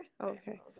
Okay